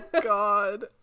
god